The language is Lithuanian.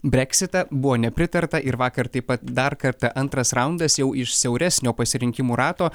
breksitą buvo nepritarta ir vakar taip pat dar kartą antras raundas jau iš siauresnio pasirinkimų rato